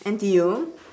N_T_U